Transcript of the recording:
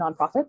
nonprofits